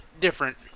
different